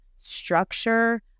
structure